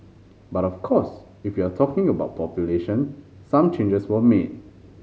but of course if you're talking about population some changes were made